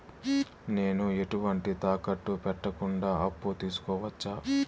నేను ఎటువంటి తాకట్టు పెట్టకుండా అప్పు తీసుకోవచ్చా?